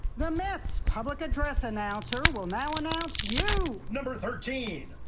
the mets public address announcer will now announce you number thirteen.